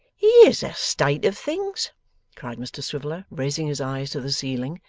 here's a state of things cried mr swiveller, raising his eyes to the ceiling.